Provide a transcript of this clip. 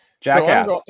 Jackass